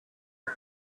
had